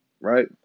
Right